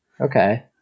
Okay